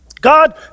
God